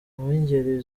b’ingeri